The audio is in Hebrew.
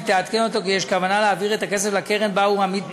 היא תעדכן אותו כי יש כוונה להעביר את הכסף לקרן שבה הוא עמית פעיל,